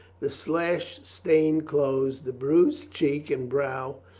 the slashed, stained clothes, the bruised cheek and brow,